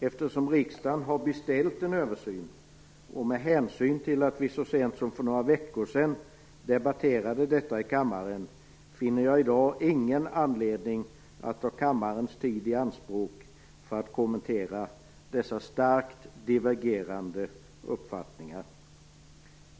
Eftersom riksdagen har beställt en översyn och med hänsyn till att vi så sent som för några veckor debatterade detta i kammaren, finner jag i dag ingen anledning att ta kammarens tid i anspråk för att kommentera dessa starkt divergerande uppfattningar.